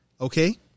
Okay